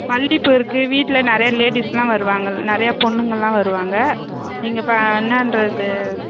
மல்லிப்பூ இருக்கு வீட்டில் நிறைய லேடிஸ்லாம் வருவாங்க நிறைய பொண்ணுங்கள்லாம் வருவாங்க நீங்கள் என்னன்றது